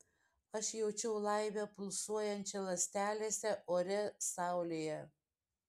aš jaučiau laimę pulsuojančią ląstelėse ore saulėje